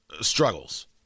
struggles